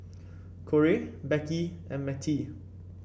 Korey Becky and Mettie